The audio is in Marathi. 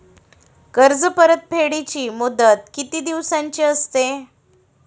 कर्ज परतफेडीची मुदत किती दिवसांची असते?